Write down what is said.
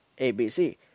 ABC